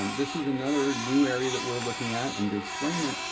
um this is another new area that we're looking at. and to explain it,